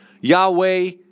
Yahweh